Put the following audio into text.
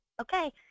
Okay